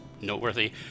noteworthy